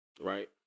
right